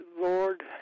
Lord